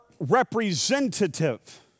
Representative